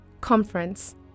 Conference